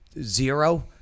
zero